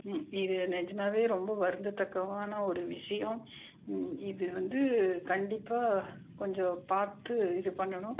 இது நிஜமாவே ரொம்ப வருந்ததக்கமான ஒரு விஷயம் இது வந்து கண்டிப்பாக கொஞ்சம் பார்த்து இது பண்ணணும்